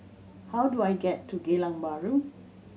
how do I get to Geylang Bahru